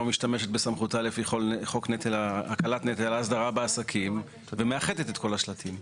משתמשת בסמכותה לפי חוק נטל הקלה בעסקים ומאחדת את כל השלטים?